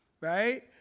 right